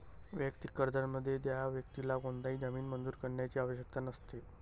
वैयक्तिक कर्जामध्ये, त्या व्यक्तीला कोणताही जामीन मंजूर करण्याची आवश्यकता नसते